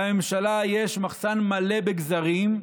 לממשלה יש מחסן מלא בגזרים,